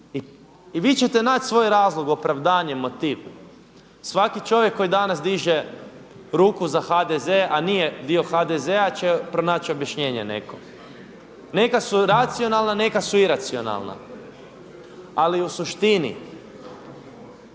I vi ćete naći svoj razlog, opravdanje, motiv, svaki čovjek koji danas diže ruku za HDZ, a nije dio HDZ-a će pronać objašnjenje neko. Neka su racionalna, neka su iracionalna, ali u suštini